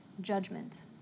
judgment